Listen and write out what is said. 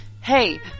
Hey